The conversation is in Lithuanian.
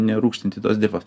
nerūgštinti tos dirvos